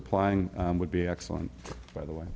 applying would be excellent by the way